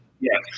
Yes